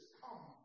come